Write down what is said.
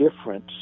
difference